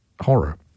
horror